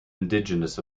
indigenous